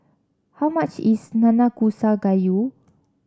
how much is Nanakusa Gayu